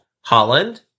holland